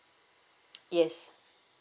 yes